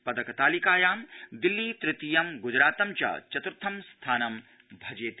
पदक तालिकायां दिल्ली तृतीयं ग्जरातं च चत्र्थ स्थानं भजेते